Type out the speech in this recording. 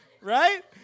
Right